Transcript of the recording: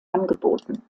angeboten